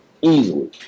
easily